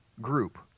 group